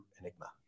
Enigma